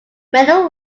many